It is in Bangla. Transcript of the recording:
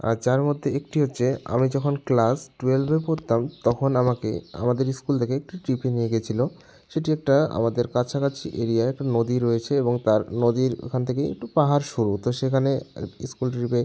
আর যার মধ্যে একটি হচ্ছে আমি যখন ক্লাস টুয়েলভে পড়তাম তখন আমাকে আমাদের ইস্কুল থেকে একটি ট্রিপে নিয়ে গেছিলো সেটি একটা আমাদের কাছাকাছি এরিয়ায় একটা নদী রয়েছে এবং তার নদীর ওখান থেকে একটু পাহাড় শুরু তো সেখানে ইস্কুল ট্রিপে